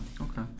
okay